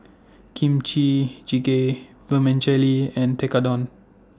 Kimchi Jjigae Vermicelli and Tekkadon